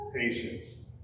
patience